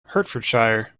hertfordshire